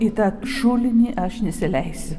į tą šulinį aš nesileisiu